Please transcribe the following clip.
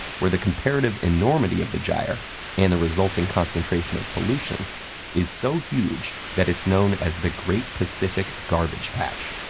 where the comparative enormity of the gyre and the resulting concentration of pollution is so huge that it's known as the great pacific garbage patch.